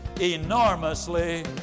enormously